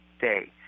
day